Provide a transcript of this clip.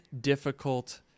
difficult